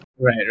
right